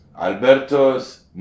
Alberto's